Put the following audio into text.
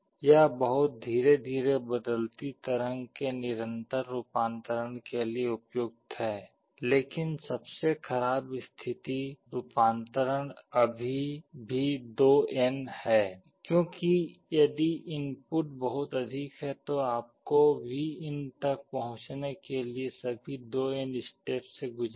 यह बहुत धीरे धीरे बदलती तरंग के निरंतर रूपांतरण के लिए उपयुक्त है लेकिन सबसे खराब स्थिति रूपांतरण अभी भी 2 n है क्योंकि यदि इनपुट बहुत अधिक है तो आपको होगा Vin तक पहुंचने के लिए सभी 2n स्टेप से गुजरना